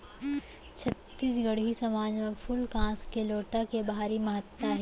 छत्तीसगढ़ी समाज म फूल कांस के लोटा के भारी महत्ता हे